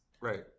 Right